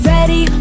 Ready